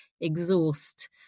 exhaust